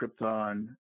Krypton